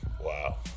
Wow